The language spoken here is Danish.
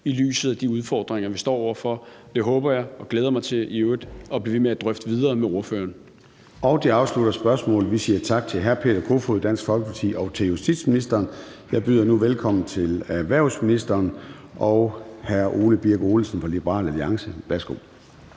i lyset af de udfordringer, vi står over for. Det håber jeg, og det glæder jeg mig i øvrigt til at drøfte videre med hr. Peter Kofod. Kl. 14:04 Formanden (Søren Gade): Det afslutter spørgsmålet. Vi siger tak til hr. Peter Kofod, Dansk Folkeparti, og til justitsministeren. Jeg byder nu velkommen til erhvervsministeren og hr. Ole Birk Olesen fra Liberal Alliance.